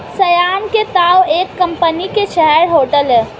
श्याम के ताऊ एक कम्पनी के शेयर होल्डर हैं